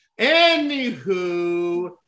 Anywho